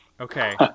Okay